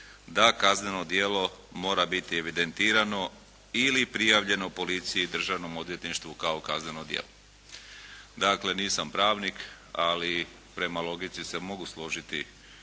da kazneno djelo mora biti evidentirano ili prijavljeno policiji i Državnom odvjetništvu kao kazneno djelo. Dakle, nisam pravnik, ali prema logici se mogu složiti